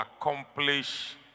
accomplish